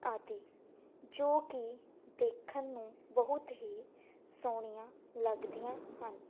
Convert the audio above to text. ਆਦਿ ਜੋ ਕਿ ਦੇਖਣ ਨੂੰ ਬਹੁਤ ਹੀ ਸੋਹਣੀਆਂ ਲੱਗਦੀਆਂ ਹਨ